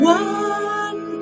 one